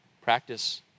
Practice